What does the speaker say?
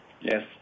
Yes